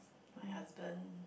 my husband